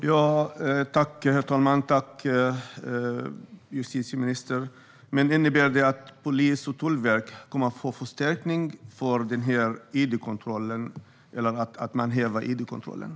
Herr talman! Tack, justitieministern! Innebär det att polis och tullverk kommer att få förstärkning vid gränskontrollerna nu när man har hävt id-kontrollerna?